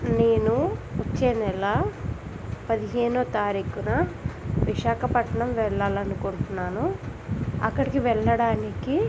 నేను వచ్చే నెల పదిహేనవ తారీఖున విశాఖపట్నం వెళ్ళాలి అనుకుంటున్నాను అక్కడికి వెళ్ళడానికి